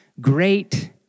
great